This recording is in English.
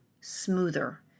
smoother